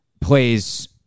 plays